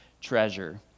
treasure